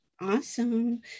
Awesome